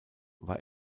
war